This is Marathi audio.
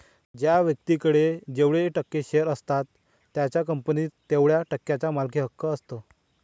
ज्या व्यक्तीकडे जेवढे टक्के शेअर असतात त्याचा कंपनीत तेवढया टक्क्यांचा मालकी हक्क असतो